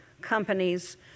companies